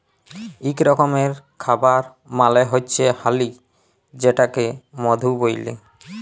ইক রকমের খাবার মালে হচ্যে হালি যেটাকে মধু ব্যলে